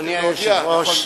אדוני היושב-ראש,